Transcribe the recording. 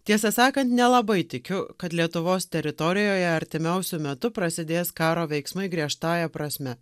tiesą sakant nelabai tikiu kad lietuvos teritorijoje artimiausiu metu prasidės karo veiksmai griežtąja prasme